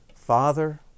Father